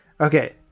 Okay